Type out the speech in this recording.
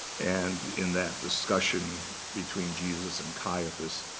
and in that discussion between jesus and caiaphas,